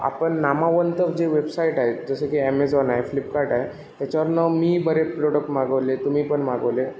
आपण नामावंत जे वेबसाइट आहेत जसं की अॅमेजोन आहे फ्लिपकार्ट आहे याच्यावरून मी बरेच प्रोडक्ट मागवले आहेत तुम्ही पण मागवले